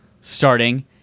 starting